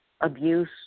abuse